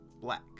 black